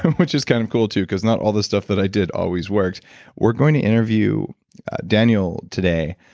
which is kind of cool too, cause not all the stuff that i did always worked we're going to interview daniel today.